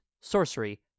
Sorcery